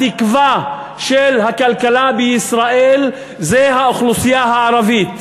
התקווה של הכלכלה בישראל זה האוכלוסייה הערבית,